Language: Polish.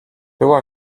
była